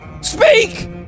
Speak